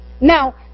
Now